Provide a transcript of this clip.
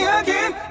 again